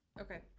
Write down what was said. okay